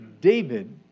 David